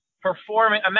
performing